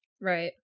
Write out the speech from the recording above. right